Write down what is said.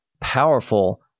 powerful